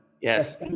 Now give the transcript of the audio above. Yes